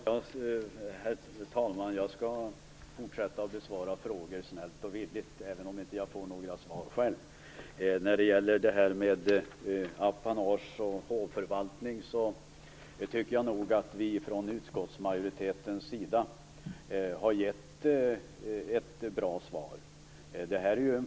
Herr talman! Jag skall fortsätta med att snällt och villigt besvara frågor, även om jag själv inte får några svar. När det gäller detta med apanage och hovförvaltning tycker jag nog att vi i utskottsmajoriteten har gett ett bra svar.